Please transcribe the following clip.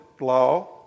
law